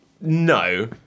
No